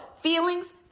feelings